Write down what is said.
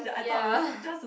ya